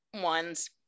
ones